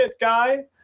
guy